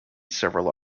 several